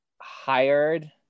hired